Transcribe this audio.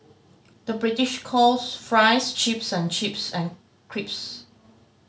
the British calls fries chips and chips and crisps